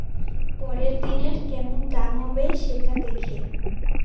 পরের দিনের কেমন দাম হবে, সেটা দেখে